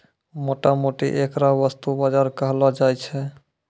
मोटा मोटी ऐकरा वस्तु बाजार कहलो जाय छै